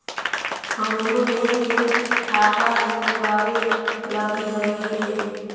हमरो लेन देन खाता हीं खोलबाबे लागी हई है